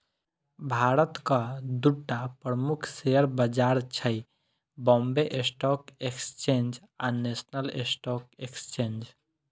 भारतक दूटा प्रमुख शेयर बाजार छै, बांबे स्टॉक एक्सचेंज आ नेशनल स्टॉक एक्सचेंज